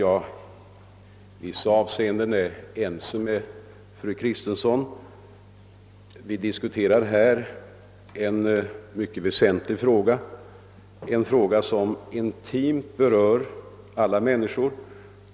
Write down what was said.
I vissa avseenden är jag ense med fru Kristensson. Vi diskuterar här en mycket väsentlig fråga, som intimt berör alla människor.